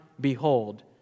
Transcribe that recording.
behold